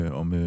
om